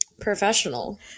professional